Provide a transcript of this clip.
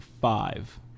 five